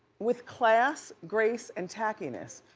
with class, grace, and tackiness.